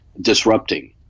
disrupting